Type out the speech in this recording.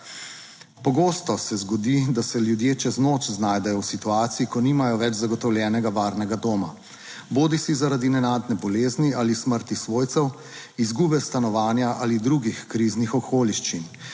Pogosto se zgodi, da se ljudje čez noč znajdejo v situaciji, ko nimajo več zagotovljenega varnega doma, bodisi zaradi nenadne bolezni ali smrti svojcev, izgube stanovanja ali drugih kriznih okoliščin.